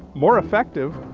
more effective,